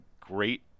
great